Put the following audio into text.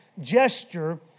gesture